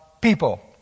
people